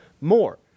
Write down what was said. more